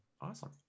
awesome